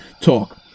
talk